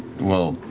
well,